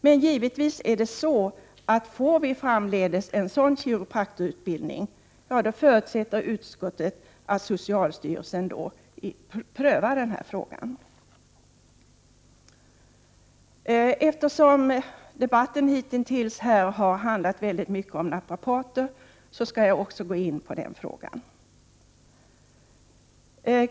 Men får vi framdeles en sådan kiropraktorutbildning, då förutsätter utskottet givetvis att socialstyrelsen prövar frågan. Eftersom debatten hitintills har handlat mycket om naprapater skall jag också gå in på den frågan.